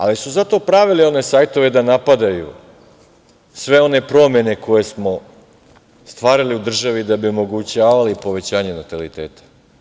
Ali, su zato pravili one sajtove da napadaju sve one promene koje smo stvarali u državi da bi omogućavali povećanje nataliteta.